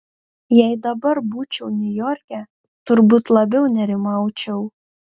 jei dabar būčiau niujorke turbūt labiau nerimaučiau